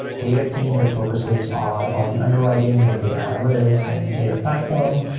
data team that focuses on all the underwriting and data analytics and data platform.